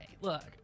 Look